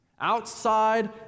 outside